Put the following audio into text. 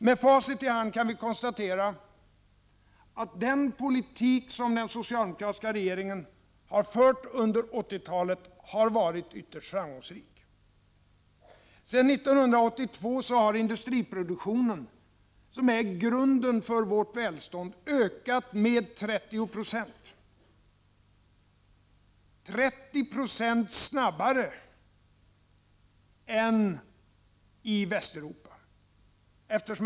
Med facit i hand kan vi konstatera att den politik som den socialdemokratiska regeringen fört under 80-talet har varit ytterst framgångsrik. Sedan 1982 har industriproduktionen, som är grunden för vårt välstånd, ökat 30 20 snabbare än i Västeuropa som helhet.